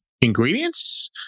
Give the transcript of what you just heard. ingredients